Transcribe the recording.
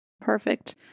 Perfect